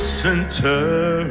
center